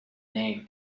name